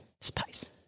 Spice